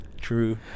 True